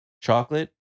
chocolate